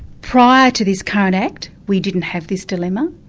prior to this current act, we didn't have this dilemma,